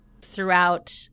Throughout